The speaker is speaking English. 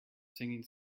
singing